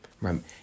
Right